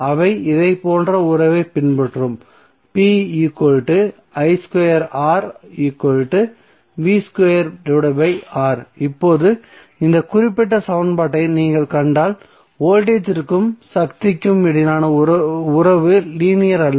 அவை இதை போன்ற உறவைப் பின்பற்றும் இப்போது இந்த குறிப்பிட்ட சமன்பாட்டை நீங்கள் கண்டால் வோல்டேஜ்க்கும்சக்திக்கும் இடையிலான உறவு லீனியர் அல்ல